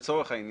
לצורך העניין,